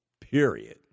Period